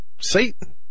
satan